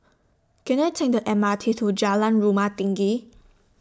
Can I Take The M R T to Jalan Rumah Tinggi